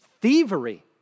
thievery